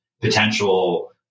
potential